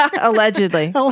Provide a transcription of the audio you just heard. Allegedly